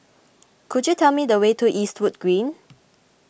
could you tell me the way to Eastwood Green